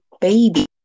baby